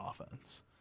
offense